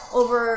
over